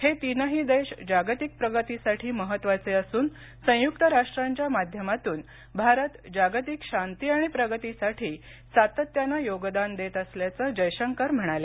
हे तीनही देश जागतिक प्रगतीसाठी महत्वाचे असून संयुक्त राष्ट्रांच्या माध्यमातून भारत जागतिक शांती आणि प्रगतीसाठी सातत्यानं योगदान देत असल्याचं जयशंकर म्हणाले